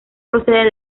procede